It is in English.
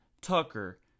Tucker